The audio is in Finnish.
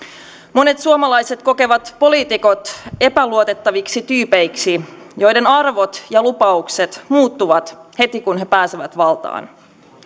monet suomalaiset kokevat poliitikot epäluotettaviksi tyypeiksi joiden arvot ja lupaukset muuttuvat heti kun he pääsevät valtaan